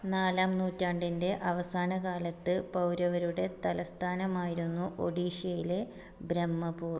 നാലാം നൂറ്റാണ്ടിൻ്റെ അവസാന കാലത്ത് പൗരവരുടെ തലസ്ഥാനമായിരുന്നു ഒഡീഷയിലെ ബ്രഹ്മപൂർ